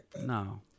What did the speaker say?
No